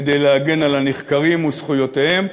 כדי להגן על הנחקרים וזכויותיהם,